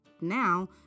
now